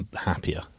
happier